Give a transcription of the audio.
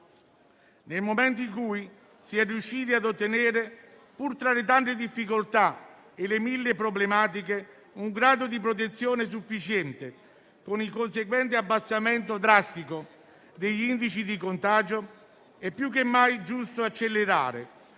Nei momenti in cui si è riusciti a ottenere - pur tra le tante difficoltà e le mille problematiche - un grado di protezione sufficiente, con il conseguente abbassamento drastico degli indici di contagio, è più che mai giusto accelerare,